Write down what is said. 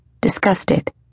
disgusted